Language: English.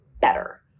better